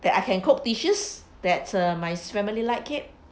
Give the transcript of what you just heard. that I can cook dishes that's uh my family like it